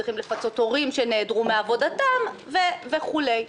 צריך לפצות הורים שנעדרו מעבודתם וכולי.